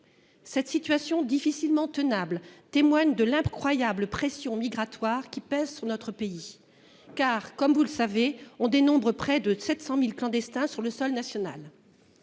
Cette situation, difficilement tenable, témoigne de l'incroyable pression migratoire qui s'exerce sur notre pays. En effet, comme vous le savez, on dénombre près de 700 000 clandestins sur le sol national.